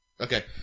Okay